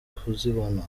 kuzibona